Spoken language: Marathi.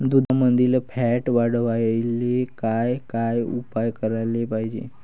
दुधामंदील फॅट वाढवायले काय काय उपाय करायले पाहिजे?